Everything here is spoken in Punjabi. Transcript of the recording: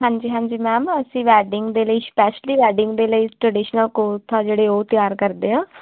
ਹਾਂਜੀ ਹਾਂਜੀ ਮੈਮ ਅਸੀਂ ਵੈਡਿੰਗ ਦੇ ਲਈ ਸਪੈਸ਼ਲੀ ਵੈਡਿੰਗ ਦੇ ਲਈ ਟ੍ਰਡੀਸ਼ਨਲ ਕੋਰਥ ਆ ਜਿਹੜੇ ਉਹ ਤਿਆਰ ਕਰਦੇ ਆ